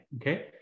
Okay